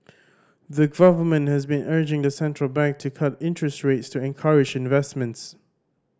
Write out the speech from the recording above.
the government has been urging the central bank to cut interest rates to encourage investments